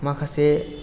माखासे